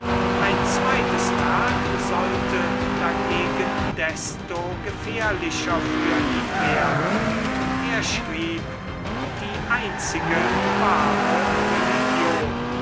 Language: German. ein zweites werk sollte dagegen desto gefährlicher für ihn werden er schrieb die einzige wahre religion